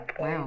Wow